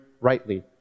rightly